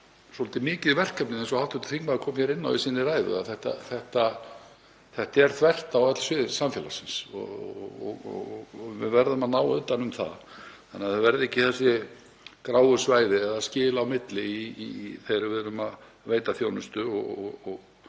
svolítið mikið verkefni, eins og hv. þingmaður kom hér inn á í sinni ræðu. Þetta er þvert á öll svið samfélagsins og við verðum að ná utan um það þannig að það verði ekki þessi gráu svæði eða skil á milli þegar við veitum þjónustu og